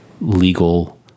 legal